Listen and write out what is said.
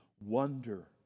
wonder